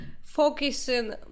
focusing